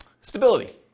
stability